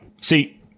See